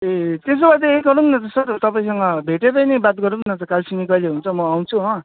ए त्यसो भए त यही गरौँ न त सर तपाईँसँग भेटेरै नै बात गरौँ न त कालचिनी कहिले हुन्छ म आउँछु हो